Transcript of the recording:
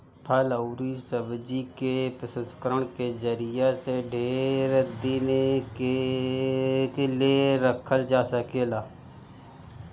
फल अउरी सब्जी के प्रसंस्करण के जरिया से ढेर दिन ले रखल जा सकेला